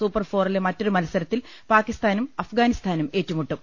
super ഫോറിലെ മറ്റൊരു മത്സരത്തിൽ പാക്കി സ്ഥാനും അഫ്ഗാനിസ്ഥാനും ഏറ്റുമുട്ടും